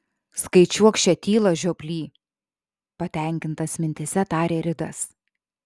skaičiuok šią tylą žioply patenkintas mintyse tarė ridas